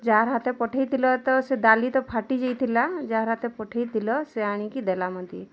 ଯାହାର୍ ହାତେ ପଠେଇଥିଲ ତ ସେ ଡ଼ାଲି ତ ଫାଠି ଯାଇଥିଲା ଯାହାର୍ ହାତେ ପଠେଇଥିଲ ସେ ଆଣି କି ଦେଲା ମୋତେ